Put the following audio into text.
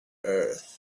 earth